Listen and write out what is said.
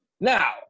Now